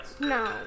No